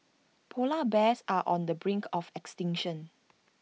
Polar Bears are on the brink of extinction